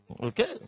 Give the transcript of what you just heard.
okay